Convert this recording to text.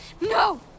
No